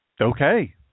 Okay